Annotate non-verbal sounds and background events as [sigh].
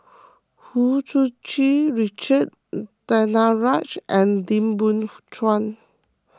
[noise] Hu Tsu Tau Richard Danaraj and Lim Biow Chuan